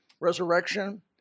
resurrection